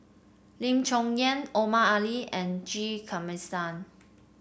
Lim Chong Yah Omar Ali and G Kandasamy